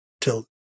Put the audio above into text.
till